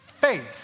faith